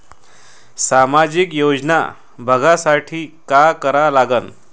सामाजिक योजना बघासाठी का करा लागन?